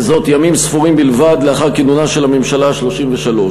וזאת ימים ספורים בלבד לאחר כינונה של הממשלה ה-33.